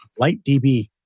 LightDB